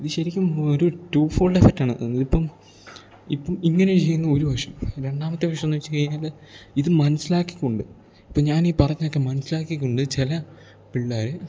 ഇത് ശരിക്കും ഒരു ടൂ ഫോൾഡ് എഫക്റ്റാണ് അതിപ്പം ഇപ്പം ഇങ്ങനെ ചെയ്യുന്ന ഒരു വശം രണ്ടാമത്തെ വശമെന്ന് വെച്ചു കഴിഞ്ഞാൽ ഇത് മനസ്സിലാക്കിക്കൊണ്ട് ഇപ്പം ഞാനീ പറഞ്ഞൊക്കെ മനസ്സിലാക്കിക്കൊണ്ട് ചില പിള്ളേർ